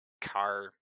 car